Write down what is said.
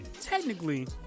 technically